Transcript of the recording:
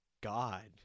God